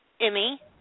Emmy